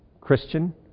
Christian